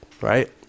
right